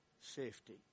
safety